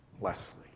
Leslie